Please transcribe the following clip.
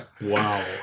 Wow